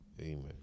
Amen